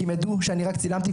כי הם ידעו שאני רק צילמתי,